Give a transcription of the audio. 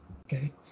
okay